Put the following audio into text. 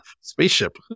spaceship